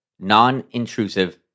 non-intrusive